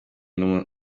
n’umunya